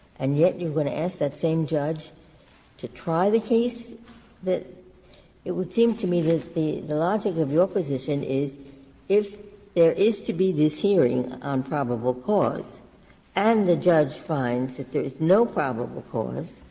and yet you're going to ask that same judge to try the case that it would seem to me that the the logic of your position is if there is to be this hearing on probable cause and the judge finds that there is no probable cause,